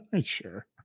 sure